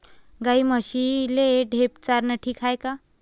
गाई म्हशीले ढेप चारनं ठीक हाये का?